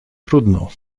trudno